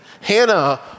Hannah